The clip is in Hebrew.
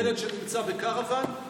ילד שנמצא בקרוון,